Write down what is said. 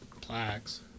plaques